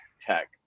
Tech